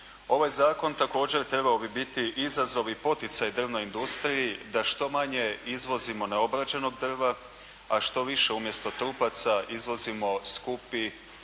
Ovaj zakon također trebao bi biti izazov i poticaj drvnoj industriji da što manje izvozimo neobrađenog drva, a što više umjesto trupaca izvozimo skupi